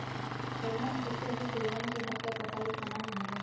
China में सबसे अधिक भेंड़वन के हत्या कसाईखाना में होबा हई